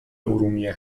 ارومیه